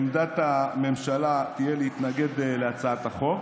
עמדת הממשלה תהיה להתנגד להצעת החוק.